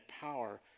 power